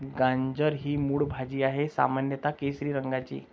गाजर ही मूळ भाजी आहे, सामान्यत केशरी रंगाची